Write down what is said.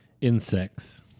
Insects